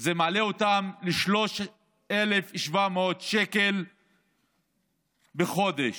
זה מעלה אותם ל-3,700 שקל בחודש,